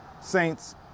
Saints